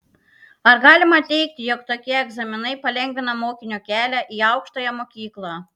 ar galima teigti jog tokie egzaminai palengvina mokinio kelią į aukštąją mokyklą